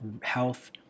Health